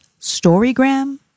Storygram